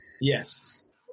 yes